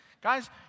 Guys